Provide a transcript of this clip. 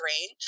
brain